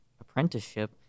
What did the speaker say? apprenticeship